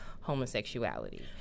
homosexuality